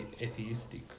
atheistic